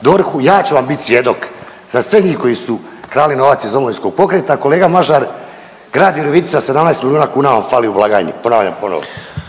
DORH-u, ja ću vam bit svjedok za sve njih koji su krali novac iz Domovinskog pokreta. Kolega Mažar, grad Virovitica 17 milijuna kuna vam fali u blagajni ponavljam